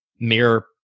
mere